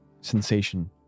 sensation